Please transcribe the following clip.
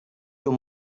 your